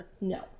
No